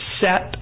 set